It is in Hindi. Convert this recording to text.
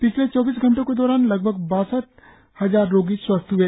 पिछले चौबीस घंटों के दौरान लगभग बासठ हजार रोगी स्वस्थ हुए